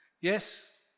yes